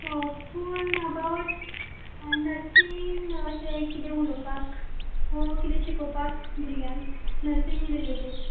ऑ पूण अबावट नर्सींग अशें कितें उलोवपाक ओ कितें शिकोवपाक भुरग्यांक नर्सींग रिलेटेड